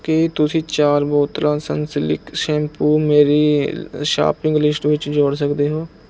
ਕੀ ਤੁਸੀਂ ਚਾਰ ਬੋਤਲਾਂ ਸਨਸਿਲਕ ਸ਼ੈਂਪੂ ਮੇਰੀ ਸ਼ਾਪਿੰਗ ਲਿਸਟ ਵਿੱਚ ਜੋੜ ਸਕਦੇ ਹੋ